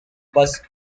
bus